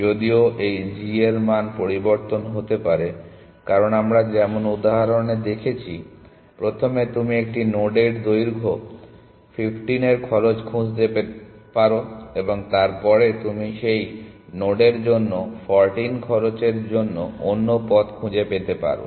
যদিও এই g এর মান পরিবর্তন হতে পারে কারণ আমরা যেমন উদাহরণে দেখেছি প্রথমে তুমি একটি নোডের দৈর্ঘ্য 15 এর খরচ খুঁজে পেতে পারো এবং তারপরে তুমি সেই নোডের জন্য 14 খরচের অন্য পথ খুঁজে পেতে পারো